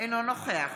אינו נוכח